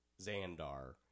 Xandar